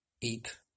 eat